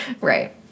Right